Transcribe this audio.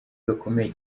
gakomeye